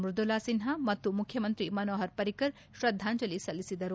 ಮೃದುಲಾ ಸಿನ್ವಾ ಮತ್ತು ಮುಖ್ಯಮಂತ್ರಿ ಮನೋಹರ್ ಪರಿಕ್ಕರ್ ಶ್ರದ್ಧಾಂಜಲಿ ಸಲ್ಲಿಸಿದರು